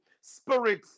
spirit